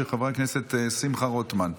של חבר הכנסת שמחה רוטמן.